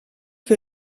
que